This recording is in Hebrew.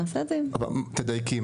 תדייקי.